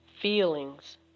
feelings